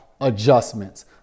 adjustments